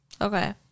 Okay